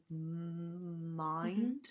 mind